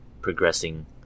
progressing